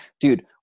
Dude